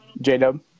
J-Dub